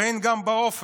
ואין גם באופק.